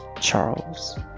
Charles